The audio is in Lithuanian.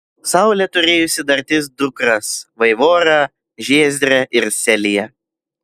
saulė turėjusi dar tris dukras vaivorą žiezdrę ir seliją